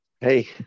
hey